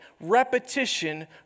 Repetition